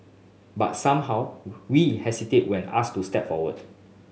but somehow we hesitate when asked to step forward